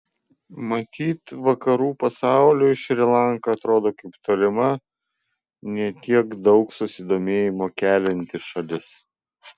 matyt vakarų pasauliui šri lanka atrodo kaip tolima ne tiek daug susidomėjimo kelianti šalis